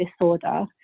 disorder